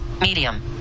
medium